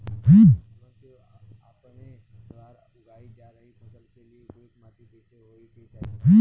हमन के आपके द्वारा उगाई जा रही फसल के लिए उपयुक्त माटी कईसन होय के चाहीं?